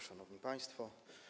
Szanowni Państwo!